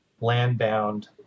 land-bound